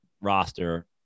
roster